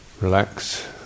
Relax